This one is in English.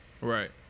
Right